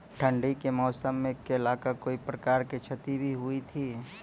ठंडी के मौसम मे केला का कोई प्रकार के क्षति भी हुई थी?